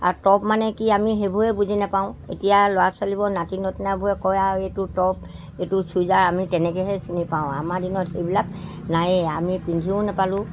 আৰু টপ মানে কি আমি সেইবোৰ বুজি নাপাওঁ এতিয়া ল'ৰা ছোৱালীবোৰৰ নাতি নতিনাবোৰে কয় এইটো টপ এইটো চুইজাৰ আমি তেনেকৈহে চিনি পাওঁ আমাৰ দিনত সেইবিলাক নায়েই আমি পিন্ধিও নাপালোঁ